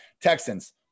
Texans